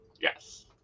Yes